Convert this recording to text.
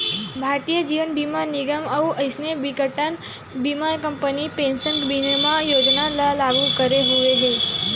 भारतीय जीवन बीमा निगन अउ अइसने बिकटकन बीमा कंपनी ह पेंसन बीमा योजना ल लागू करे हुए हे